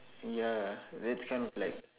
ya that's kind of like